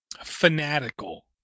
fanatical